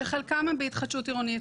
שחלקן הן בהתחדשות עירונית,